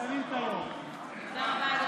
תודה רבה.